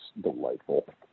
delightful